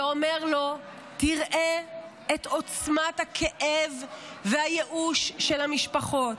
ואומר לו: תראה את עוצמת הכאב והייאוש של המשפחות,